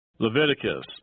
Leviticus